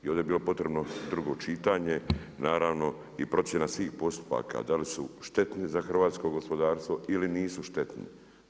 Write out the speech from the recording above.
I ovdje je bilo potrebno drugo čitanje, naravno i procjena svih postupaka da li su štetni za hrvatsko gospodarstvo ili nisu štetni.